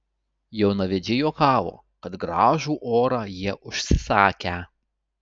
jaunavedžiai juokavo kad gražų orą jie užsisakę